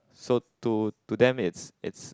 so to to them it's it's